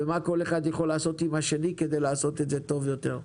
ומה כל אחד יכול לעשות עם השני כדי לעשות את זה טוב יותר.